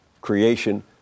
creation